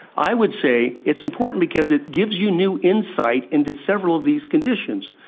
i would say it's important because it gives you new insight into several of these conditions.